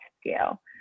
scale